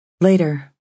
Later